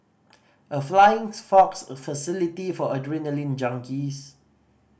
a flying fox facility for adrenaline junkies